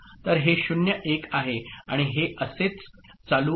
तर हे 0 1 आहे आणि हे असेच चालू आहे बरोबर